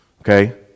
Okay